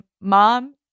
mom